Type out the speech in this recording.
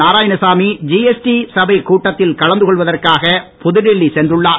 Narayanasamy GST சபைக் புதுவை கூட்டத்தில் கலந்து கொள்வதற்காக புதுடெல்லி சென்றுள்ளார்